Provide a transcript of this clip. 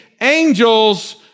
angels